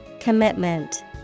Commitment